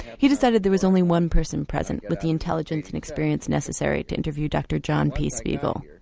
he decided there was only one person present with the intelligence and experience necessary to interview dr john p spiegel.